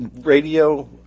radio